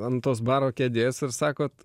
ant tos baro kėdės ir sakot